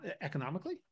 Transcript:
economically